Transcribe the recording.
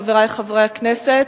חברי חברי הכנסת,